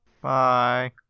Bye